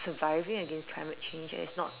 surviving against climate change and it's not